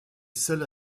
seule